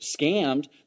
scammed